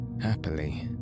Happily